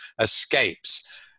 escapes